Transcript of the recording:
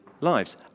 lives